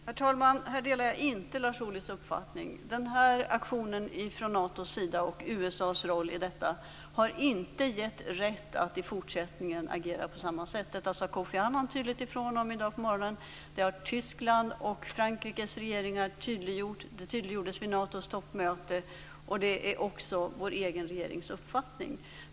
Herr talman! Här delar jag inte Lars Ohlys uppfattning. Den här aktionen från Natos sida och USA:s roll i detta har inte gett rätt att i fortsättningen agera på detta sätt. Detta sade Kofi Annan tydligt ifrån om i dag på morgonen. Det här har Tysklands och Frankrikes regeringar tydliggjort. Det tydliggjordes vid Natos toppmöte. Det är också vår egen regerings uppfattning.